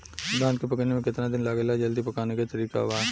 धान के पकने में केतना दिन लागेला जल्दी पकाने के तरीका बा?